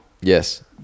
Yes